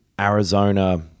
Arizona